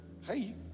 hey